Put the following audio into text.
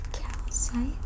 calcite